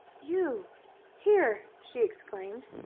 you here! she exclaimed.